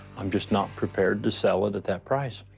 i'm just not prepared to sell it at that price.